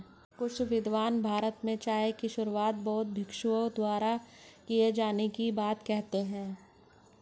कुछ विद्वान भारत में चाय की शुरुआत बौद्ध भिक्षुओं द्वारा किए जाने की बात कहते हैं